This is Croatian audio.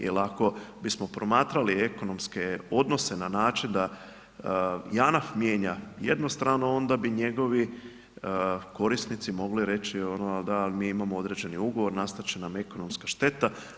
Jer ako bismo promatrali ekonomske odnose na način da JANAF mijenja jednu stranu, onda bi njegovi korisnici mogli reći a da ali mi imamo određeni ugovor, nastati će nam ekonomska šteta.